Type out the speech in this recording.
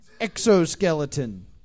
Exoskeleton